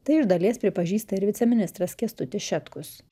tai iš dalies pripažįsta ir viceministras kęstutis šetkus